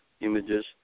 images